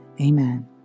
amen